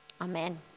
amen